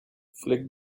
flick